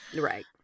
Right